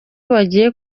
bagiye